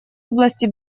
области